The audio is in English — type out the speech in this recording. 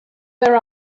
there